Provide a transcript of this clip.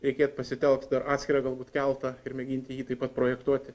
reikėt pasitelkt dar atskirą galbūt keltą ir mėginti jį taip pat projektuoti